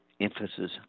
emphasis